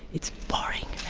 it's boring.